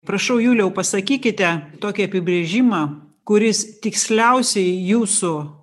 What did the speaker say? prašau juliau pasakykite tokį apibrėžimą kuris tiksliausiai jūsų